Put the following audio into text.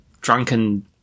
drunken